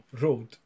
road